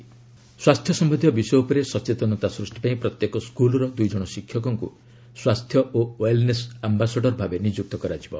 health ambassador ସ୍ୱାସ୍ଥ୍ୟ ସମ୍ଭନ୍ଧୀୟ ବିଷୟ ଉପରେ ସଚେତନତା ସୃଷ୍ଟି ପାଇଁ ପ୍ରତ୍ୟେକ ସ୍କୁଲର ଦୁଇ ଜଣ ଶିକ୍ଷକଙ୍କୁ ସ୍ୱାସ୍ଥ୍ୟ ଓ ୱେଲ୍ନେସ ଆମ୍ବାସଡର ଭାବେ ନିଯୁକ୍ତ କରାଯିବ